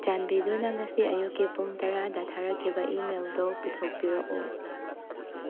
ꯆꯥꯟꯕꯤꯗꯨꯅ ꯉꯁꯤ ꯑꯌꯨꯛꯀꯤ ꯄꯨꯡ ꯇꯔꯥꯗ ꯊꯥꯔꯛꯈꯤꯕ ꯏꯃꯦꯜꯗꯣ ꯄꯨꯊꯣꯛꯄꯤꯔꯛꯎ